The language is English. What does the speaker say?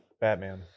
Batman